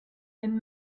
and